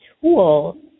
tool